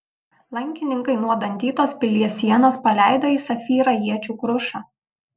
lankininkai nuo dantytos pilies sienos paleido į safyrą iečių krušą